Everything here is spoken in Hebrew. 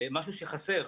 משהו שחסר.